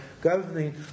governing